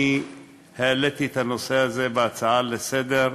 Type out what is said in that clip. אני העליתי את הנושא הזה בהצעה לסדר-היום,